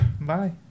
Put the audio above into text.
Bye